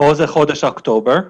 פה זה חודש אוקטובר,